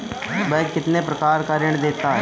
Bank कितने प्रकार के ऋण देता है?